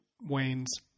Wayne's